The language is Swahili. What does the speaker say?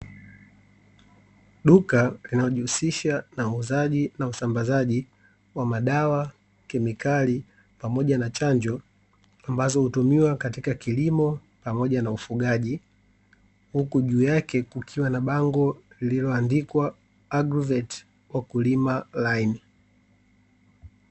Duka linalojishughulisha na uuzaji na usambazaji wa madawa/kemikali pamoja na chanjo, ambazo hutumiwa katika kilimo pamoja na ufugaji, huku juu yake kukiwa na bango lililoandikwa agrovet wakulima laini.